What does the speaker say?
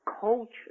culture